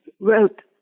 wrote